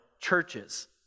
churches